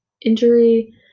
injury